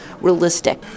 realistic